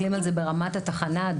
ברמת התחנה.